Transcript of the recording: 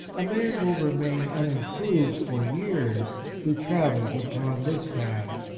a man will remain unimproved for years who travels upon this path.